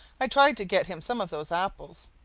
i tried to get him some of those apples,